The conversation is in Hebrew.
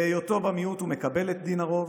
בהיותו במיעוט הוא מקבל את דין הרוב,